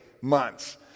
months